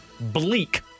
bleak